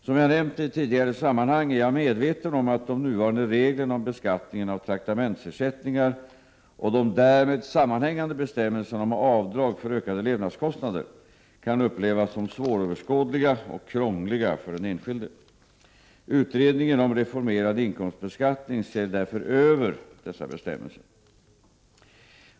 Som jag nämnt i tidigare sammanhang är jag medveten om att de nuvarande reglerna om beskattning av traktamentsersättningar och de därmed sammanhängande bestämmelserna om avdrag för ökade levnadskostnader kan upplevas som svåröverskådliga och krångliga för den enskilde. Utredningen om reformerad inkomstbeskattning ser därför över dessa bestämmelser.